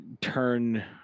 turn